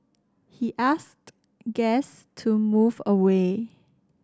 he asked guests to move away